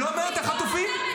לא מעניין אותך חטופים?